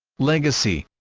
legacy